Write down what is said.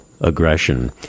aggression